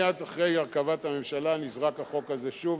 מייד אחרי הרכבת הממשלה נזרק החוק הזה שוב.